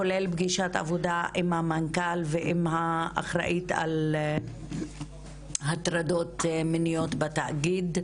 כולל פגישת עבודה עם המנכ"ל ועם האחראית על הטרדות מיניות בתאגיד,